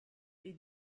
est